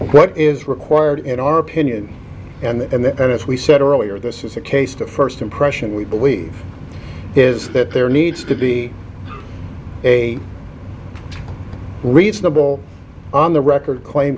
what is required in our opinion and then as we said earlier this is a case the first impression we believe is that there needs to be a reasonable on the record claim